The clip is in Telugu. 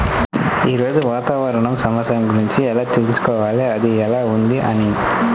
ఈరోజు వాతావరణ సమాచారం గురించి ఎలా తెలుసుకోవాలి అది ఎలా ఉంది అని?